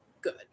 good